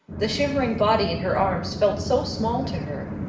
the shivering body in her arms felt so small to her.